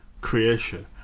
creation